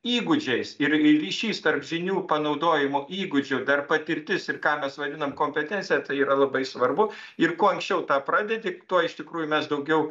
įgūdžiais ir ryšys tarp žinių panaudojimo įgūdžių dar patirtis ir ką mes vadinam kompetencija tai yra labai svarbu ir kuo anksčiau tą pradedi tuo iš tikrųjų mes daugiau